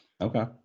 okay